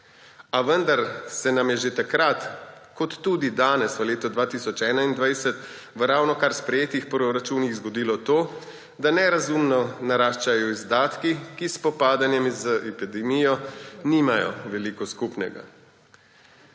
a vendar se nam je že takrat kot tudi danes v letu 2021 v ravnokar sprejetih proračunih zgodilo to, da nerazumno naraščajo izdatki, ki s spopadanjem z epidemijo nimajo veliko skupnega.